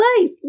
life